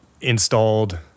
installed